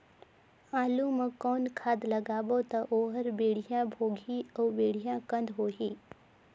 आलू मा कौन खाद लगाबो ता ओहार बेडिया भोगही अउ बेडिया कन्द होही?